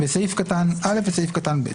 בסעיף קטן (א) ובסעיף קטן (ב).